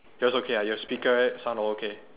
yours okay ah your speaker sound okay